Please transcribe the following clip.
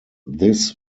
this